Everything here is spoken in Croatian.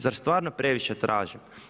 Zar stvarno previše tražim?